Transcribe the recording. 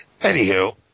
anywho